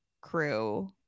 crew